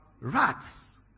rats